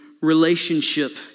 relationship